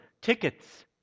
tickets